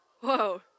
Whoa